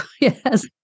Yes